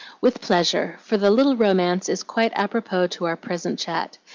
with pleasure, for the little romance is quite apropos to our present chat.